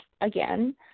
Again